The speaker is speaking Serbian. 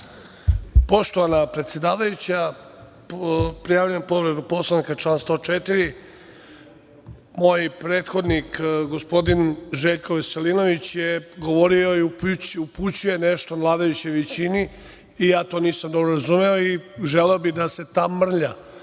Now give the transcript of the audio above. Poštovana predsedavajuća, prijavljujem povredu Poslovnika, član 104.Moj prethodnik, gospodin Željko Veselinović, govorio je i upućuje nešto vladajućoj većini, što ja nisam dobro razumeo i želeo bih da se ta mrlja